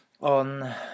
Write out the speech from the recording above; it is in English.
on